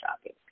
shopping